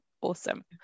Awesome